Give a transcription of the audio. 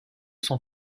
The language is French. son